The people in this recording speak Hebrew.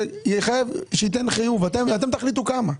שתחייב, ואתם תחליטו כמה.